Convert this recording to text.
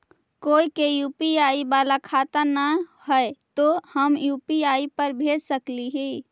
कोय के यु.पी.आई बाला खाता न है तो हम यु.पी.आई पर भेज सक ही?